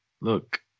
Look